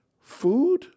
food